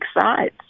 sides